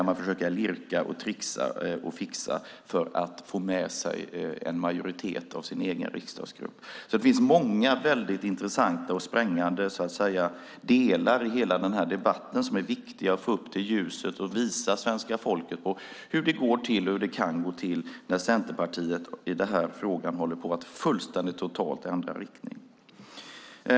Man försöker lirka, tricksa och fixa för att få med sig en majoritet av sin egen riksdagsgrupp. Det finns många väldigt intressanta och spännande delar i den här debatten som är viktiga att få upp i ljuset för att visa svenska folket hur det kan gå till när Centerpartiet håller på att fullständigt ändra riktning i den här frågan.